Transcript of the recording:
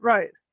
Right